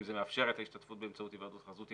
אם זה מאפשר את ההשתתפות באמצעות היוועדות חזותית.